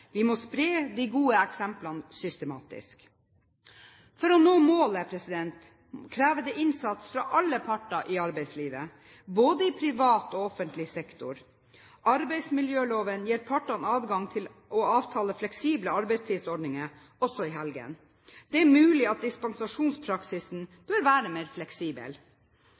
Vi må spre de gode eksemplene systematisk For å nå målet kreves det innsats fra alle parter i arbeidslivet, både i privat og offentlig sektor. Arbeidsmiljøloven gir partene adgang til å avtale fleksible arbeidstidsordninger, også i helgen. Det er mulig at dispensasjonspraksisen bør være mer fleksibel.